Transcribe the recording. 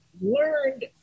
learned